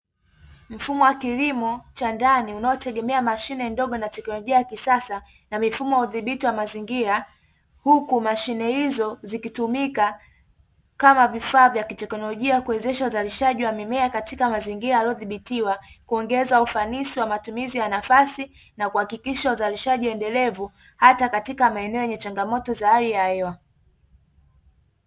Mfumo wa kilimo cha ndani unaotegemea mashine ndogo na teknolojia ya kisasa na mifumo ya dhibiti ya mazingira, huku mashine hizo zikitumika kama vifaa vya teknolojia kuwezeshwa uzalishaji wa mimea katika mazingira aliyodhibitiwa; kuongeza ufanisi wa matumizi ya nafasi na kuhakikisha uzalishaji endelevu, hata katika maeneo yenye changamoto za hali ya hewa.